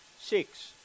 Six